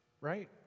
right